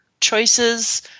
choices